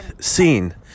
scene